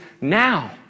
now